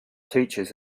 teachers